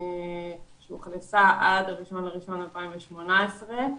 שהוכנסה עד ה-1.1.2018,